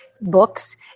Books